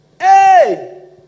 Hey